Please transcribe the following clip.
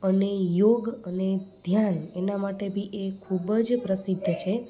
અને યોગ અને ધ્યાન એના માટે ભી એ ખૂબ જ પ્રસિદ્ધ છે